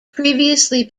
previously